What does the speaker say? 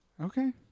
Okay